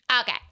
Okay